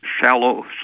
shallow